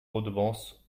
redevance